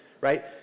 right